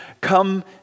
come